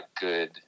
good